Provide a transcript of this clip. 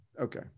Okay